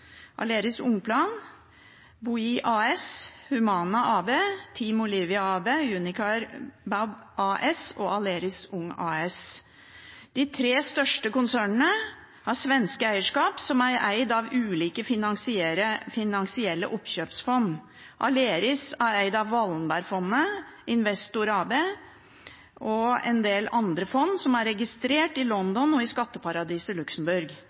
Aleris Ungplan og BOI AS, Humana AB, Team Olivia AB, Unicare BAB AS og Aberia Ung AS. De tre største konsernene har svenske eierskap, som er eid av ulike finansielle oppkjøpsfond. Aleris er eid av Wallenberg-fondet Investor AB og en del andre fond, som er registrert i London og i skatteparadiset